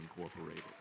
Incorporated